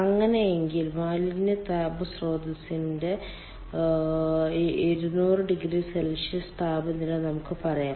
അങ്ങനെയെങ്കിൽ മാലിന്യ താപ സ്രോതസ്സിന്റെ 200oC താപനില നമുക്ക് പറയാം